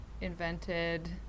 invented